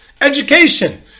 Education